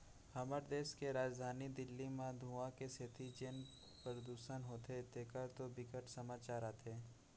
हमर देस के राजधानी दिल्ली म धुंआ के सेती जेन परदूसन होथे तेखर तो बिकट समाचार आथे